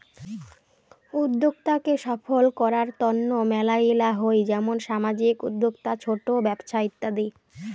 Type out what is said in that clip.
উদ্যোক্তা কে সফল করার তন্ন মেলাগিলা হই যেমন সামাজিক উদ্যোক্তা, ছোট ব্যপছা ইত্যাদি